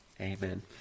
Amen